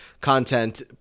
content